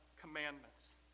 commandments